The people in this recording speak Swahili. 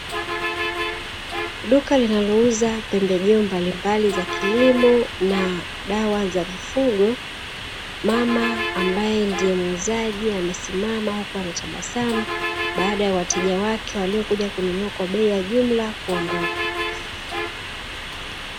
Duka linalouza pembejeo mbalimbali za kilimo na dawa za mifugo, mama ambaye ndiye muuzaji amesimama huku anatabasamu, baada ya wateja wake waliokuja kununua kwa bei ya jumla kuondoka.